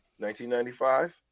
1995